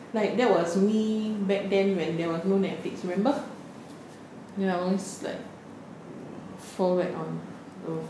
like that was me back then when there was no netflix remember then I always like fall back on friends